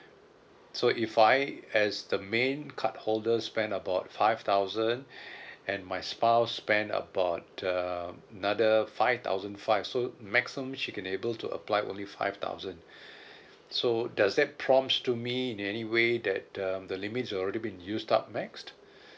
so if I as the main card holder spend about five thousand and my spouse spend about uh another five thousand five so maximum she can able to apply only five thousand so does that prompts to me in any way that um the limit already been used up max